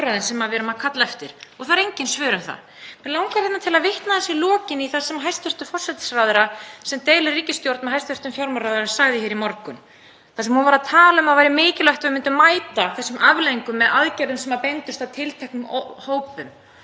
þar sem hún talaði um að það væri mikilvægt að við myndum mæta þessum afleiðingum með aðgerðum sem beindust að tilteknum hópum, ekki endilega flötum aðgerðum sem dreifðust jafnt á allar hendur. Þarna erum við að tala um almennar aðgerðir sem enginn í þessum sal er að tala fyrir heldur sértækum aðgerðum.